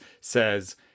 says